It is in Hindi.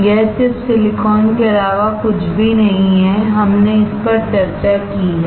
यह चिप सिलिकॉन के अलावा कुछ भी नहीं है हमने इस पर चर्चा की है